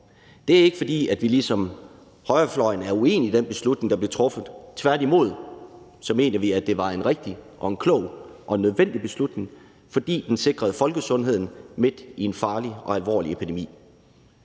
Det er ikke, fordi vi ligesom højrefløjen er uenige i den beslutning, der blev truffet. Tværtimod mener vi, at det var en rigtig og en klog og en nødvendig beslutning, fordi den sikrede folkesundheden midt i en farlig og alvorlig epidemi.